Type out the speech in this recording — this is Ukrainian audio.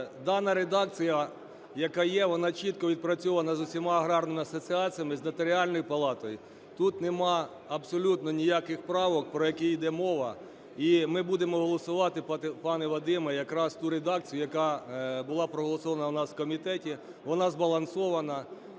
Дана редакція, яке є, вона чітко відпрацьована з усіма аграрними асоціаціями, з Нотаріальною палатою. Тут нема абсолютно ніяких правок, про які йде мова. І ми будемо голосувати, пане Вадиме, якраз ту редакцію, яка була проголосована в нас в комітеті, вона збалансована,